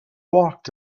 walked